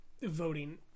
voting